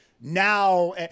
now